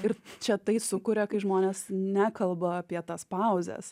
ir čia tai sukuria kai žmonės nekalba apie tas pauzes